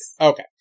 Okay